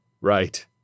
Right